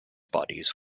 bodies